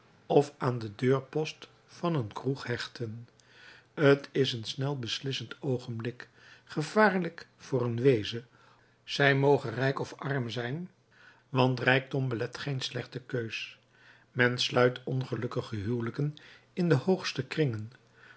of aan den deurpost van een kroeg hechten t is een snel beslissend oogenblik gevaarlijk voor een weeze zij moge arm of rijk zijn want rijkdom belet geen slechte keus men sluit ongelukkige huwelijken in de hoogste kringen